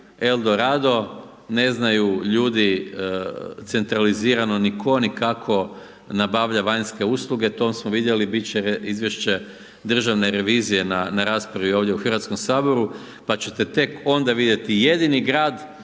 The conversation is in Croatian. Eldorado, ne znaju ljudi centralizirano ni tko, ni kako nabavlja vanjske usluge, tom smo vidjeli, bit će izvješće Državne revizije na raspravi ovdje u HS, pa ćete tek onda vidjeti, jedini grad